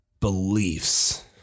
beliefs